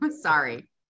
Sorry